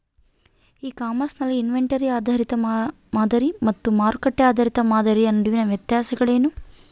E commerce ನಲ್ಲಿ inventory ಆಧಾರಿತ ಮಾದರಿ ಮತ್ತು ಮಾರುಕಟ್ಟೆ ಆಧಾರಿತ ಮಾದರಿಯ ನಡುವಿನ ವ್ಯತ್ಯಾಸಗಳೇನು?